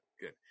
Good